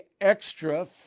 extra